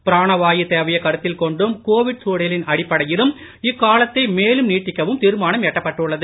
பிராணவாயு தேவையைக் கருத்தில் கொண்டும் கோவிட் சூழலின் அடிப்படையிலும் இக்காலத்தை மேலும் நீட்டிக்கவும் தீர்மானம் எட்டப்பட்டுள்ளது